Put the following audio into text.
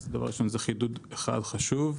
דבר ראשון, זה חידוד אחד חשוב.